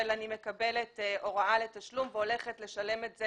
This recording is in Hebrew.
שאני מקבלת הוראה לתשלום והולכת לשלם את זה